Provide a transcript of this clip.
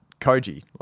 Koji